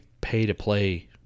pay-to-play